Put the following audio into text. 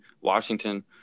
Washington